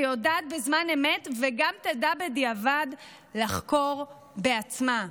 שיודעת בזמן אמת וגם תדע בדיעבד לחקור בעצמה.